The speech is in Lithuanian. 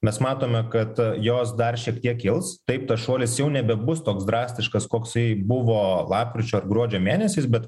mes matome kad jos dar šiek tiek kils taip tas šuolis jau nebebus toks drastiškas koksai buvo lapkričio ar gruodžio mėnesiais bet